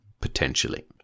potentially